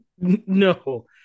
No